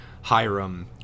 Hiram